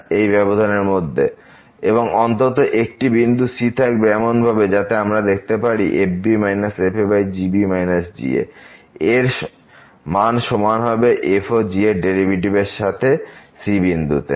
এবং এই ব্যবধান এর মধ্যে অন্তত একটি বিন্দু c এমনভাবে থাকবে যাতে আমরা দেখাতে পারি fb fgb g এর মান সমান হবে f ও g এর ডেরিভেটিভ এর সাথে c বিন্দুতে